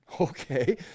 Okay